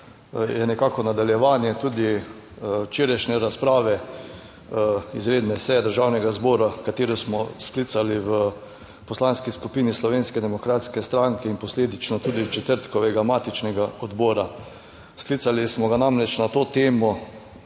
15.20 (nadaljevanje) razprave izredne seje Državnega zbora, katero smo sklicali v Poslanski skupini Slovenske demokratske stranke, in posledično tudi četrtkovega matičnega odbora. Sklicali smo ga namreč na to temo